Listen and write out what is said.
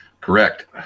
Correct